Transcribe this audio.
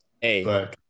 Hey